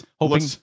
hoping